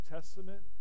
Testament